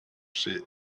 she